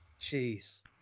Jeez